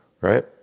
Right